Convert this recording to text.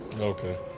Okay